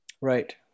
Right